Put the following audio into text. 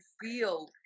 feel